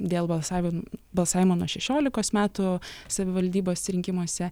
dėl balsavimo balsavimo nuo šešiolikos metų savivaldybės rinkimuose